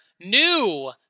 new